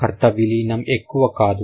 కర్త విలీనం ఎక్కువ కాదు